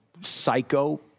psycho